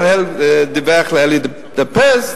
המנהל דיווח לאלי דפס,